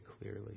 clearly